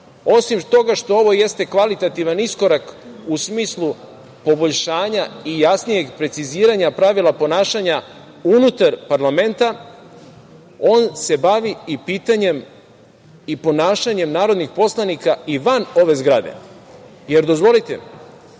Osim toga što ovo jeste kvalitativan iskorak u smislu poboljšanja i jasnijeg preciziranja pravila ponašanja unutar parlamenta, on se bavi i pitanjem i ponašanjem narodnih poslanika van ove zgrade. Dozvolite, mi